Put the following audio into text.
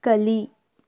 ಕಲಿ